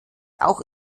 auch